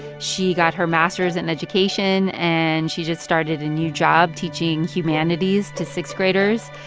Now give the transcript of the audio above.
she got her master's in education, and she just started a new job teaching humanities to sixth-graders,